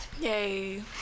yay